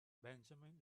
benjamin